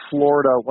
Florida